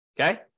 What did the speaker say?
Okay